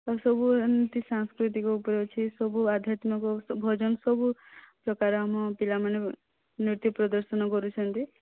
ସବୁ ଏମିତି ସାଂସ୍କୃତିକ ଉପରେ ଅଛି ସବୁ ଆଧ୍ୟାତ୍ମିକ ଭଜନ ସବୁ ପ୍ରକାର ଆମ ପିଲାମାନେ ନୃତ୍ୟ ପ୍ରଦର୍ଶନ କରୁଛନ୍ତି